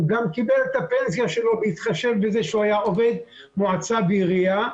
והוא גם קיבל את הפנסיה שלו בהתחשב בזה שהוא היה עובד מועצה ועירייה.